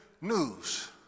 news